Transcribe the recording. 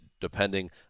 depending